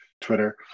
Twitter